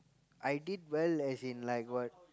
I did well as in like what